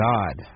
God